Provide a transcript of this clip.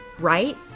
right?